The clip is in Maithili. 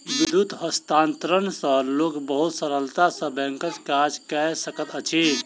विद्युत हस्तांतरण सॅ लोक बहुत सरलता सॅ बैंकक काज कय सकैत अछि